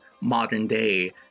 modern-day